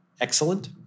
excellent